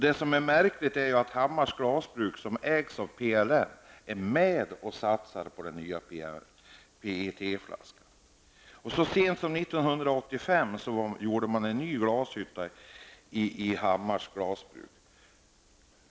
Det märkliga är att Hammars glasbruk, som ägs av PLM, är med och satsar på den nya PET-flaskan. Så sent som år 1985 byggde man en ny glashytta i Hammars glasbruk.